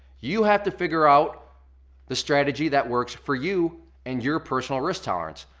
you have to figure out the strategy that works for you and your personal risk tolerance.